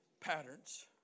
Patterns